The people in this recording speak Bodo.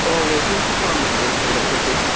औ इकसेन्सथ' खालामनो हागोन एडाबटारखौ